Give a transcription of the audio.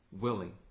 willing